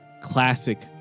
classic